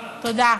תודה.